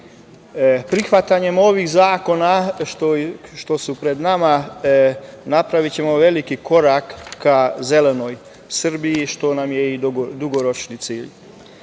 godini. Prihvatanjem ovih zakona što su pred nama napravićemo veliki korak ka zelenoj Srbiji, što nam je i dugoročni cilj.S